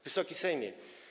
Wysoki Sejmie!